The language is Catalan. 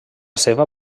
seva